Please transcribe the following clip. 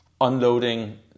unloading